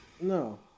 No